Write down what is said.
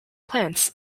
plants